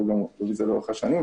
--- גם רביזיה לאורך השנים,